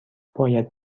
باید